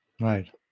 Right